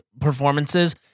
performances